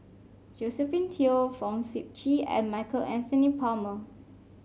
Josephine Teo Fong Sip Chee and Michael Anthony Palmer